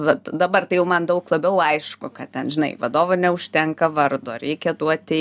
bet dabar tai jau man daug labiau aišku kad ten žinai vadovo neužtenka vardo reikia duoti